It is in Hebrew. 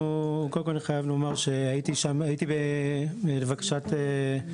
קודם כל אני חייב לומר שהייתי שם לבקשת המשרד,